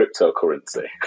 cryptocurrency